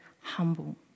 humble